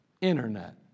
Internet